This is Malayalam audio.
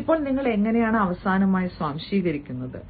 ഇപ്പോൾ നിങ്ങൾ എങ്ങനെയാണ് അവസാനമായി സ്വാംശീകരിക്കുന്നത്